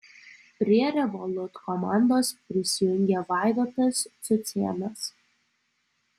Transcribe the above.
prie revolut komandos prisijungė vaidotas cucėnas